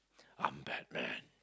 I'm Batman